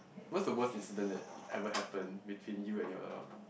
what's the worst incident that ever happen between you and your